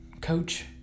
coach